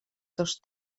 dos